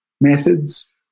methods